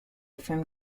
from